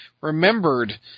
remembered